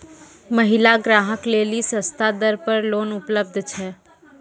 महिला ग्राहक लेली सस्ता दर पर लोन उपलब्ध छै?